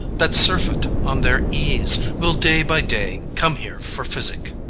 that surfeit on their ease, will day by day come here for physic.